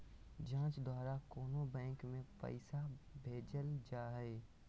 जाँच द्वारा कोनो बैंक में पैसा भेजल जा हइ